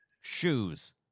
shoes